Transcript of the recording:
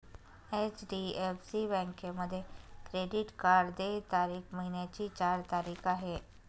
HDFC बँकेमध्ये credit card देय तारीख महिन्याची चार तारीख आहे